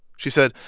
she said,